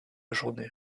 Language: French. journée